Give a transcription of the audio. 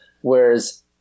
Whereas